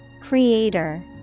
Creator